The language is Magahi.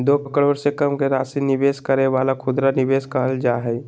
दो करोड़ से कम के राशि निवेश करे वाला के खुदरा निवेशक कहल जा हइ